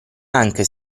anche